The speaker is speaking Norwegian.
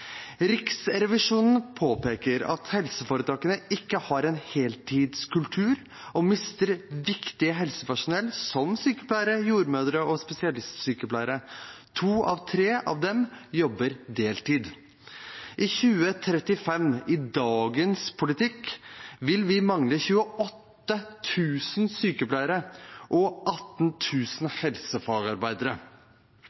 Riksrevisjonen påpeker at helseforetakene ikke har en heltidskultur og mister viktig helsepersonell som sykepleiere, jordmødre og spesialsykepleiere. To av tre av dem jobber deltid. I 2035, med dagens politikk, vil vi mangle 28 000 sykepleiere og